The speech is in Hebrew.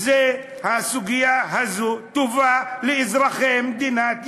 הסוגיה הזו טובה לאזרחי מדינת ישראל.